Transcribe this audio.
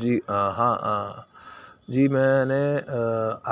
جی ہاں جی میں نے